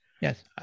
Yes